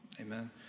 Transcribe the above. Amen